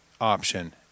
option